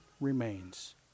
remains